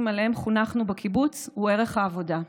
שעליהם חונכנו בקיבוץ הוא ערך העבודה.